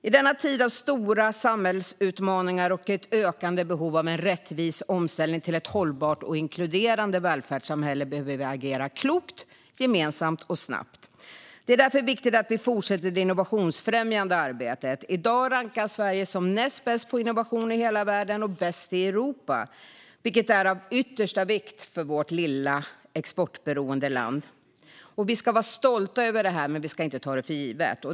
I denna tid av stora samhällsutmaningar och ett ökande behov av en rättvis omställning till ett hållbart och inkluderande välfärdssamhälle behöver vi agera klokt, gemensamt och snabbt. Det är därför viktigt att vi fortsätter det innovationsfrämjande arbetet. I dag rankas Sverige som näst bäst på innovation i hela världen och bäst i Europa, vilket är av yttersta vikt för vårt lilla exportberoende land. Vi ska vara stolta över detta, men vi ska inte ta det för givet.